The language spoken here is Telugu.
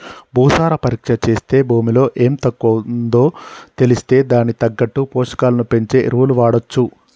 భూసార పరీక్ష చేస్తే భూమిలో ఎం తక్కువుందో తెలిస్తే దానికి తగ్గట్టు పోషకాలను పెంచే ఎరువులు వాడొచ్చు